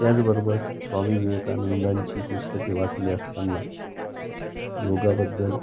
त्याचबरोबर स्वामी विवेकानंदांची पुस्तके वाचले असताना योगाबद्दल